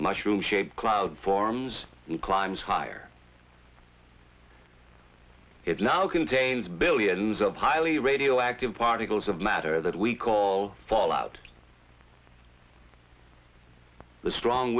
mushroom shaped cloud forms climbs higher it now contains billions of highly radioactive particles of matter that we call fallout the strong